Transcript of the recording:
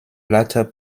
latter